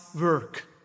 work